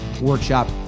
workshop